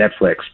Netflix